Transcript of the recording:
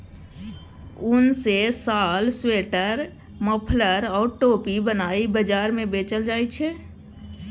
उन सँ साल, स्वेटर, मफलर आ टोपी बनाए बजार मे बेचल जाइ छै